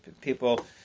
people